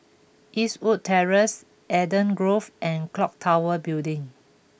Eastwood Terrace Eden Grove and Clock Tower Building